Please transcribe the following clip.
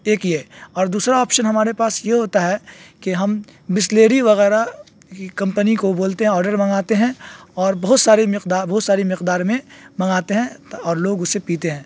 ایک یہ اور دوسرا آپشن ہمارے پاس یہ ہوتا ہے کہ ہم بسلیری وغیرہ کی کمپنی کو بولتے ہیں آڈر منگاتے ہیں اور بہت سارے بہت ساری مقدار میں منگاتے ہیں اور لوگ اسے پیتے ہیں